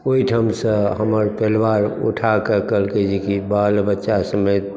ओहिठामसँ हमर परिवार उठा कऽ कहलकै जेकि बाल बच्चा समेत